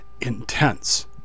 intense